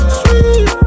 Sweet